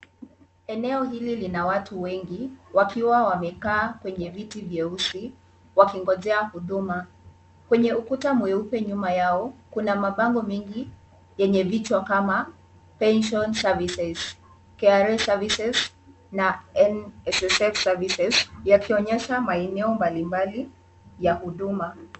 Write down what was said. Eneo hili lina watu wengi wakiwa wamekaa kwenye viti vyeusi wakingojea huduma. Kwenye ukuta mweupe nyuma yao, kuna mabango mengi yenye vichwa kama Pension Services, KRA Services na NSSF Services yakionyesha maeneo mbalimbali ya huduma.